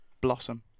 blossom